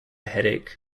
headache